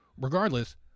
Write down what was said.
regardless